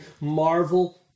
marvel